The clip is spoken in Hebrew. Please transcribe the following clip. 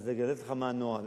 אז לגלות לך מה הנוהל.